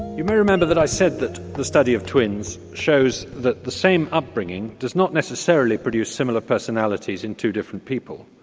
you may remember that i said that the study of twins shows that the same upbringing does not necessarily produce similar personalities in two different people,